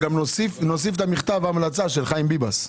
ונוסיף את מכתב ההמלצה של חיים ביבס.